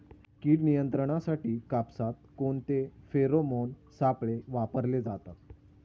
कीड नियंत्रणासाठी कापसात कोणते फेरोमोन सापळे वापरले जातात?